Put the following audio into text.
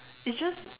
it's just